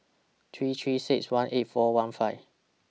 three three six one eight four one five